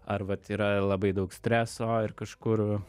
ar vat yra labai daug streso ir kažkur